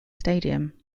stadium